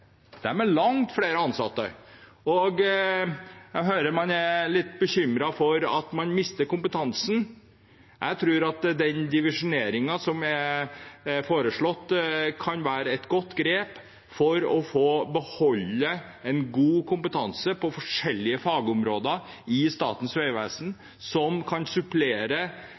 langt flere ansatte. Jeg hører også at man er litt bekymret for at man mister kompetansen. Jeg tror at den divisjoneringen som er foreslått, kan være et godt grep for å beholde god kompetanse på forskjellige fagområder i Statens vegvesen, som kan